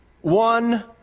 one